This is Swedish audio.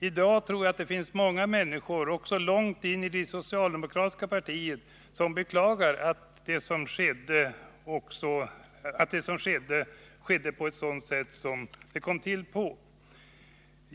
I dag tror jag att det är många, också långt in i det socialdemokratiska partiet, som beklagar det sätt på vilket detta skedde.